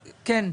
כן.